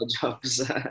jobs